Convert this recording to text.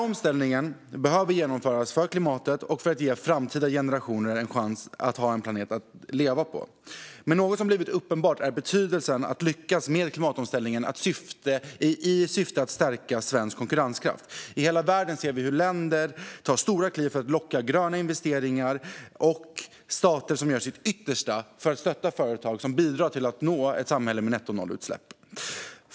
Omställningen behöver genomföras för klimatet och för att ge framtida generationer en chans att ha en planet som det går att leva på. Något som blivit uppenbart är betydelsen av att lyckas med klimatomställningen i syfte att stärka svensk konkurrenskraft. I hela världen ser vi hur länder tar stora kliv för att locka gröna investeringar och stater som gör sitt yttersta för att stötta företag som bidrar till att uppnå ett samhälle med nettonollutsläpp.